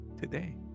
today